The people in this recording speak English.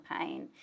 pain